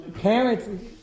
Parents